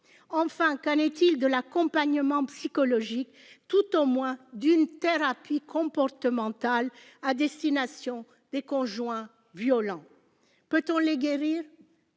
Enfin, qu'en est-il de l'accompagnement psychologique ou, à tout le moins, de la thérapie comportementale à destination des conjoints violents ? Peut-on les guérir ?